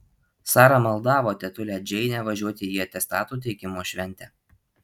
sara maldavo tetulę džeinę važiuoti į atestatų teikimo šventę